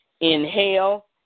Inhale